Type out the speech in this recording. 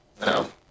No